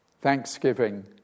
thanksgiving